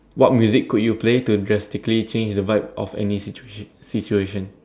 what music could you play to drastically change the vibe of any situation situation